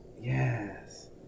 Yes